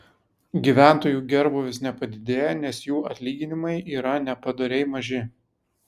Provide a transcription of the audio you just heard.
gyventojų gerbūvis nepadidėja nes jų atlyginimai yra nepadoriai maži